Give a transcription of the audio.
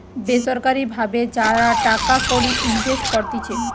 বেসরকারি ভাবে যারা টাকা কড়ি ইনভেস্ট করতিছে